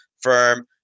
firm